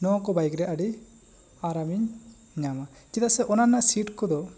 ᱱᱚᱣᱟ ᱠᱚ ᱵᱟᱭᱤᱠ ᱨᱮ ᱟᱹᱰᱤ ᱟᱨᱟᱢᱮᱢ ᱤᱧ ᱧᱟᱢᱟ ᱪᱮᱫᱟᱜ ᱥᱮ ᱚᱱᱟ ᱨᱮᱭᱟᱜ ᱥᱤᱴ ᱠᱚ ᱫᱚ